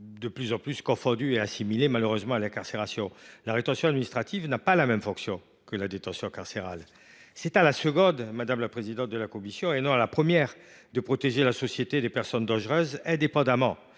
de plus en plus souvent confondue et assimilée, malheureusement, à l’incarcération. La rétention administrative n’a pas la même fonction que la détention carcérale. C’est à cette dernière, madame la présidente de la commission, que revient le rôle de protéger la société des personnes dangereuses, indépendamment